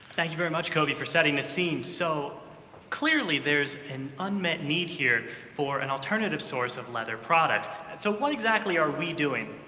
thank you very much, khobi, for setting the scene. so clearly, there's an unmet need here for an alternative source of leather products. and so what exactly are we doing?